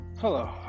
Hello